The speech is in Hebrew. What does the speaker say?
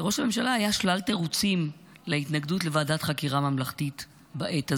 לראש הממשלה היו שלל תירוצים להתנגדות לוועדת חקירה ממלכתית בעת הזו,